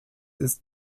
ist